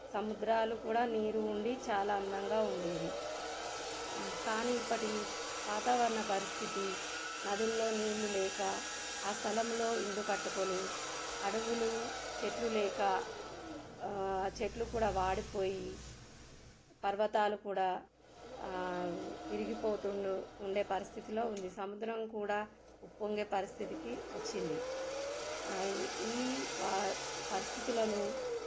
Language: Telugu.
సముద్రాలు కూడా నీరు ఉండి చాలా అందంగా ఉండేది కానీ ఇప్పటి వాతావరణ పరిస్థితి నదుల్లో నీళ్ళు లేక ఆ స్థలంలో ఇండ్లు కట్టుకొని అడవులు చెట్లు లేక చెట్లు కూడా వాడిపోయి పర్వతాలు కూడా విరిగిపోతుండు ఉండే పరిస్థితిలో ఉంది సముద్రం కూడా ఉప్పొంగే పరిస్థితికి వచ్చింది ఈ వ పరిస్థితులను